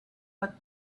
but